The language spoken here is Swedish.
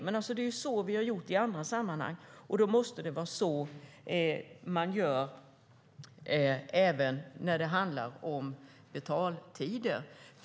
Det är så vi har gjort i andra sammanhang, och då måste det vara så man gör även när det handlar om betaltider.